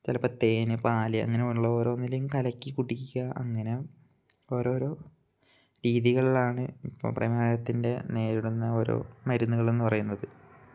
ചിലപ്പം തേന് പാല് അങ്ങനെ ഉള്ള ഓരോന്നിലും കലക്കി കുടിക്കുക അങ്ങനെ ഓരോരോ രീതികളിലാണ് ഇപ്പോൾ പ്രമേഹത്തിൻ്റെ നേരിടുന്ന ഓരോ മരുന്നുകൾ എന്ന് പറയുന്നത്